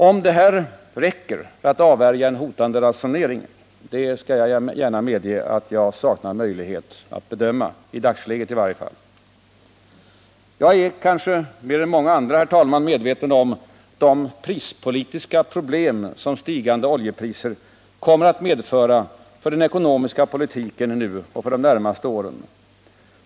Om det här räcker för att avvärja en hotande ransonering skall jag gärna medge att jag saknar möjlighet att bedöma — i dagsläget i varje fall. Jag är kanske mer än många andra, herr talman, medveten om de prispolitiska problem som stigande oljepriser kommer att medföra för den ekonomiska politiken nu och för de närmaste åren.